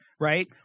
right